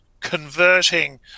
converting